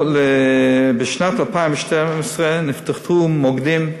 בשנת 2012 נפתחו מוקדים,